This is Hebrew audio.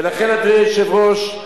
ולכן, אדוני היושב-ראש,